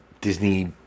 Disney